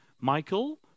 Michael